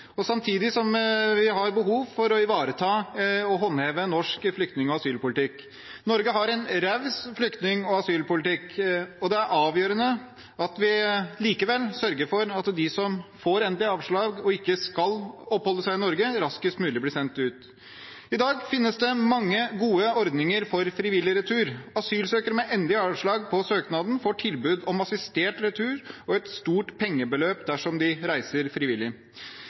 samtidig som vi har behov for å ivareta og håndheve norsk flyktning- og asylpolitikk. Norge har en raus flyktning- og asylpolitikk, men det er avgjørende at vi sørger for at de som får endelig avslag og ikke skal oppholde seg i Norge, raskest mulig blir sendt ut. I dag finnes det mange gode ordninger for frivillig retur. Asylsøkere med endelig avslag på søknaden får tilbud om assistert retur og et stort pengebeløp dersom de reiser frivillig. Det er selvsagt det beste for alle parter at returen skjer frivillig,